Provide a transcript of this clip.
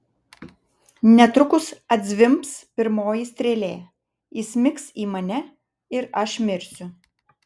netrukus atzvimbs pirmoji strėlė įsmigs į mane ir aš mirsiu